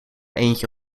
eentje